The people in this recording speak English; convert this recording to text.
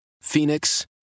Phoenix